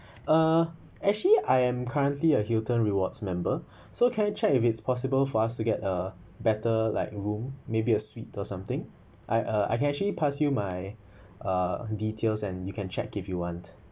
uh actually I am currently a hilton rewards member so can I check if it's possible for us to get a better like room maybe a suite or something I uh I can actually pass you my uh details and you can check if you want